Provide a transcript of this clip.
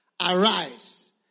Arise